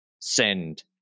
send